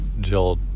Jill